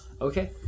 Okay